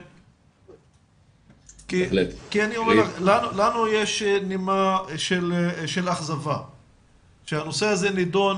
לנו יש נימה של אכזבה שהנושא הזה נידון